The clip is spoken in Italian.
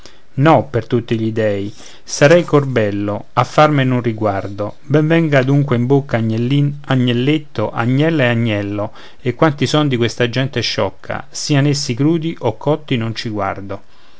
no per tutti gli dèi sarei corbello a farmene un riguardo ben venga dunque in bocca agnellin agnelletto agnella e agnello e quanti son di questa gente sciocca sian essi crudi o cotti non ci guardo